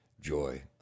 joy